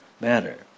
matter